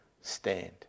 stand